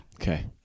Okay